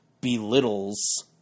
belittles